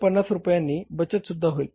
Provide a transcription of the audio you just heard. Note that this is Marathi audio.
50 रुपयांनी बचतसुद्धा होईल